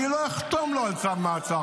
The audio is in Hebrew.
אני לא אחתום גם לו על צו מעצר.